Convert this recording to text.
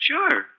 Sure